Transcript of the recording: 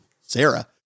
Sarah